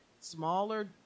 smaller